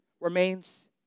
remains